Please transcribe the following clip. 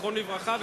זכרו לברכה,